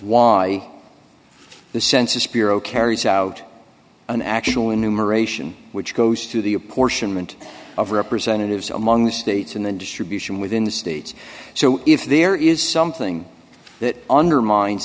why the census bureau carries out an actual enumeration which goes through the apportionment of representatives among the states in the distribution within the states so if there is something that undermines